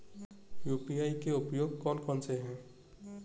UPI के उपयोग कौन कौन से हैं?